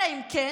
אלא אם כן,